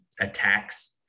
attacks